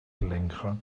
lenkrad